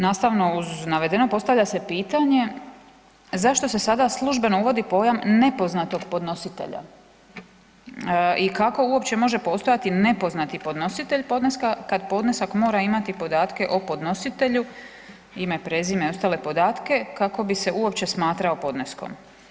Nastavno uz navedeno postavlja se pitanje, zašto se sada službeno uvodi pojam nepoznatog podnositelja i kako uopće može postojati nepoznati podnositelj podneska kad podnesak mora imati podatke o podnositelju ime, prezime i ostale podatke kako bi se uopće smatrao podneskom?